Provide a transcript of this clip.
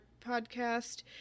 podcast